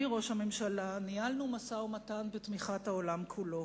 ניהלנו משא-ומתן בתמיכת העולם כולו.